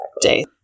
day